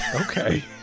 Okay